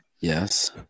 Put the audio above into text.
Yes